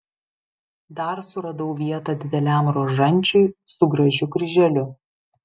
dar suradau vietą dideliam rožančiui su gražiu kryželiu